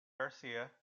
garcia